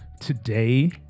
Today